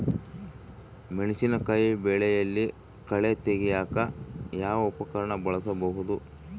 ಮೆಣಸಿನಕಾಯಿ ಬೆಳೆಯಲ್ಲಿ ಕಳೆ ತೆಗಿಯಾಕ ಯಾವ ಉಪಕರಣ ಬಳಸಬಹುದು?